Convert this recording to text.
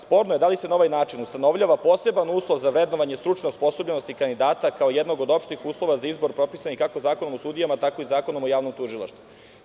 Sporno je da li se na ovaj način ustanovljava poseban uslov za vrednovanje stručne osposobljenosti kandidata kao jednog od opštih uslova za izbor propisanih kako Zakonom o sudijama, tako i Zakonom o javnom tužilaštvu.